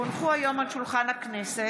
כי הונחו היום על שולחן הכנסת,